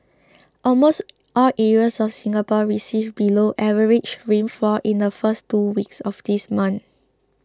almost all areas of Singapore received below average rainfall in the first two weeks of this month